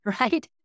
right